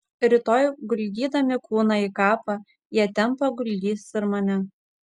rytoj guldydami kūną į kapą jie ten paguldys ir mane